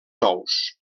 nous